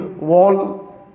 wall